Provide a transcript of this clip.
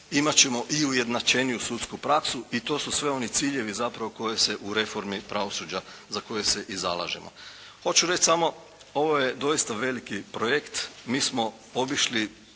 imat ćemo i ujednačeniju sudsku praksu i to su sve oni ciljevi zapravo koji se u reformi pravosuđa, za koje se i zalažemo. Hoću reći samo, ovo je doista veliki projekt. Mi smo obišli